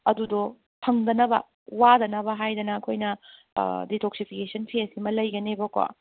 ꯑꯗꯨꯗꯣ ꯐꯪꯗꯅꯕ ꯋꯥꯗꯅꯕ ꯍꯥꯏꯗꯅ ꯑꯩꯈꯣꯏꯅ ꯗꯤꯇꯣꯛꯁꯤꯐꯤꯀꯦꯁꯟ ꯐꯦꯁ ꯑꯃ ꯂꯩꯒꯅꯦꯕꯀꯣ